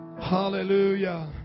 Hallelujah